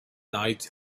night